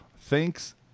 Thanks